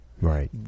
Right